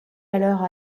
alors